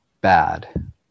bad